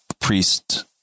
priest